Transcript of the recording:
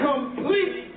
complete